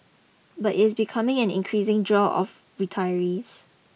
but it's becoming an increasing draw of retirees